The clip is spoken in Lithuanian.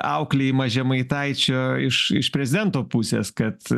auklėjimą žemaitaičio iš iš prezidento pusės kad